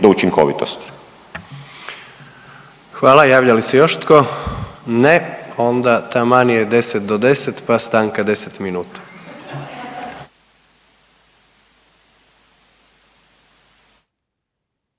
Gordan (HDZ)** Hvala. Javlja li se još tko? Ne. Onda taman je 10 do 10 pa stanka 10 minuta.